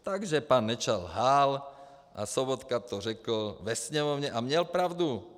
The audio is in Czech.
Takže pan Nečas lhal a Sobotka to řekl ve Sněmovně, a měl pravdu.